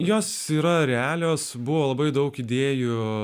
jos yra realios buvo labai daug idėjų